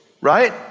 right